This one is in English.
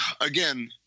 again